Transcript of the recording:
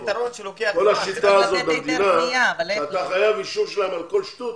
כל השיטה במדינה שאתה חייב אישור שלהם על כל שטות,